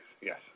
Yes